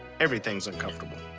everything s uncomfortable.